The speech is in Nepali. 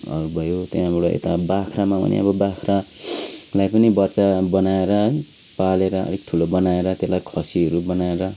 हरू भयो त्यहाँबाट यता बाख्रामा हो भने अब बाख्रालाई पनि बच्चा बनाएर है पालेर अलिक ठुलो बनाएर त्यसलाई खसीहरू बनाएर